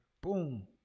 Boom